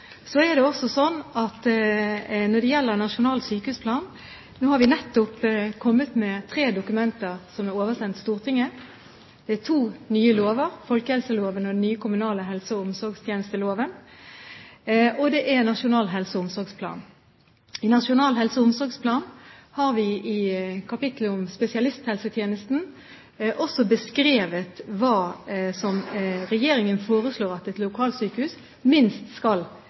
Når det gjelder en nasjonal sykehusplan, har vi nettopp kommet med tre dokumenter som er oversendt Stortinget. Det er to nye lover, folkehelseloven og den nye kommunale helse- og omsorgstjenesteloven, og det er Nasjonal helse- og omsorgsplan. I Nasjonal helse- og omsorgsplan har vi i kapitlet om spesialisthelsetjenesten også beskrevet hva regjeringen foreslår at et lokalsykehus minst skal